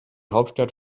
hauptstadt